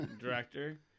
director